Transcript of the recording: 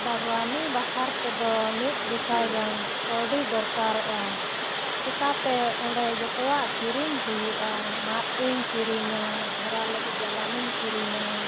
ᱵᱟᱜᱽᱣᱟᱱ ᱵᱟᱠᱷᱟᱨᱟ ᱛᱮᱫᱚ ᱢᱤᱫ ᱜᱮᱥᱟᱭ ᱜᱟᱱ ᱠᱟᱹᱣᱰᱤ ᱫᱚᱨᱠᱟᱨᱚᱜᱼᱟ ᱪᱤᱠᱟᱹᱛᱮ ᱚᱸᱰᱮ ᱡᱚᱛᱚᱣᱟᱜ ᱠᱤᱨᱤᱧ ᱦᱩᱭᱩᱜᱼᱟ ᱢᱟᱫ ᱤᱧ ᱠᱤᱨᱤᱧᱟ ᱜᱷᱮᱨᱟ ᱞᱟᱹᱜᱤᱫ ᱡᱟᱞᱟᱢᱤᱧ ᱠᱤᱨᱤᱧᱟ